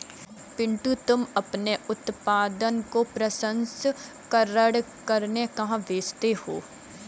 पिंटू तुम अपने उत्पादन को प्रसंस्करण करने कहां भेजते हो?